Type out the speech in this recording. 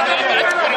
מה אתה רוצה ממני?